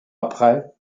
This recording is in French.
après